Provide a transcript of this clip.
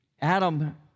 Adam